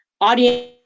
audience